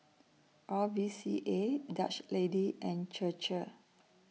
R V C A Dutch Lady and Chir Chir